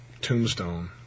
tombstone